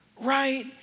right